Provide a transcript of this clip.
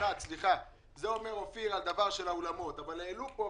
יש לו עובדים.